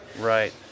Right